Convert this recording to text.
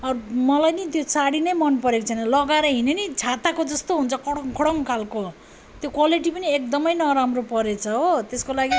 अरू मलाई नि त्यो साडी नै मन परेको छैन लगाएर हिँड्ने नि छाताको जस्तो हुन्छ कडङ कडङ खाले त्यो क्वालेटी पनि एकदमै नराम्रो परेछ हो त्यसको लागि